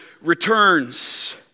returns